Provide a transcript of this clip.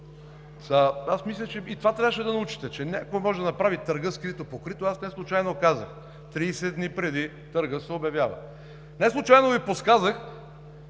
аз мисля, че и това трябваше да научите, че някой може да направи търга скрито – покрито, неслучайно казах: 30 дни преди търга се обявява. Неслучайно Ви подсказах,